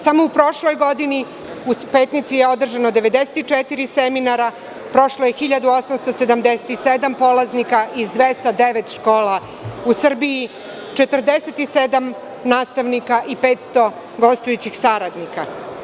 Samo u prošloj godini u Petnici je održano 94 seminara, prošlo je 1.877 polaznika iz 209 škola u Srbiji, kao i 47 nastavnika i 500 gostujućih saradnika.